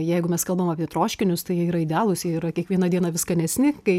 jeigu mes kalbam apie troškinius tai jie yra idealūs jie yra kiekvieną dieną vis skanesni kai